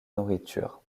nourriture